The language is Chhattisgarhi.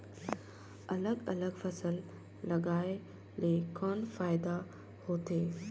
अलग अलग फसल लगाय ले कौन फायदा होथे?